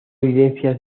evidencias